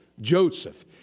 Joseph